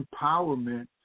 empowerment